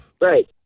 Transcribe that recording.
right